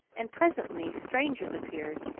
and presently strangers appeared,